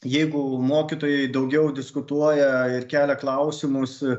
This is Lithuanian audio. jeigu mokytojai daugiau diskutuoja ir kelia klausimus